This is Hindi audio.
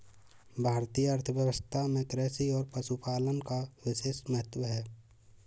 भारतीय अर्थव्यवस्था में कृषि और पशुपालन का विशेष महत्त्व है